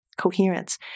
coherence